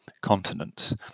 continents